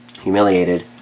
humiliated